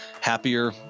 happier